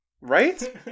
Right